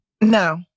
No